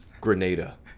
Grenada